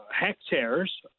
hectares